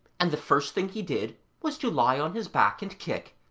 and the first thing he did was to lie on his back and kick.